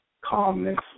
calmness